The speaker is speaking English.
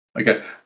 Okay